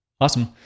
Awesome